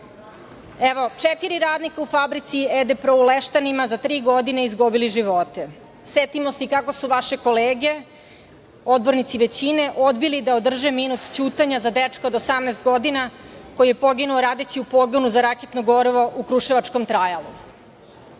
Evo, četiri radnika u fabrici „ED PRO“ u Leštanima za tri godina su izgubili živote. Setimo se i kako su vaše kolege, odbornici većine, odbili da održe minut ćutanja za dečka od 18 godina koji je poginuo radeći u pogonu za raketno gorivo u kruševačkom